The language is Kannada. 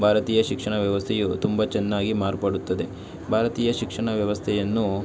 ಭಾರತೀಯ ಶಿಕ್ಷಣ ವ್ಯವಸ್ಥೆಯು ತುಂಬ ಚೆನ್ನಾಗಿ ಮಾರ್ಪಡುತ್ತದೆ ಭಾರತೀಯ ಶಿಕ್ಷಣ ವ್ಯವಸ್ಥೆಯನ್ನು